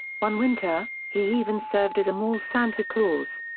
one winter, he even served as a mall santa claus.